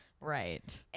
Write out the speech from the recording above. Right